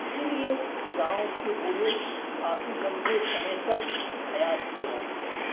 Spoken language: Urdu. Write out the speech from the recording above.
اسی لیے گاؤں کے بوڑھے کافی لمبے سمے تک حیات سے رہتے ہیں